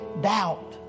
doubt